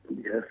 Yes